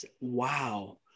Wow